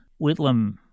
Whitlam